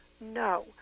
no